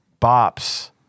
bops